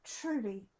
Truly